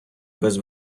без